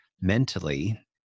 mentally